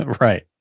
right